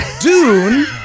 Dune